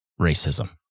racism